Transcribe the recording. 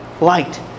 light